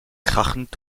krachend